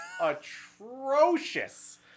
atrocious